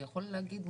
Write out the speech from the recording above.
אתה יכול להגיד?